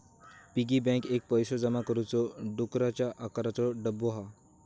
piggy bank एक पैशे जमा करुचो डुकराच्या आकाराचो डब्बो हा